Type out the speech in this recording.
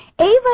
Ava